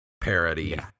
parody